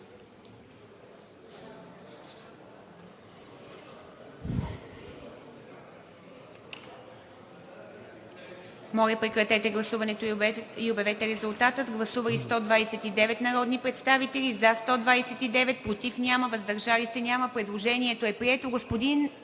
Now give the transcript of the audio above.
Моля, прекратете гласуването и обявете резултата. Гласували 101 народни представители, за 87, против няма и въздържали се 14. Предложението е прието. (Реплики